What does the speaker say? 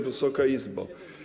Wysoka Izbo!